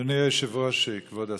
אדוני היושב-ראש, כבוד השר,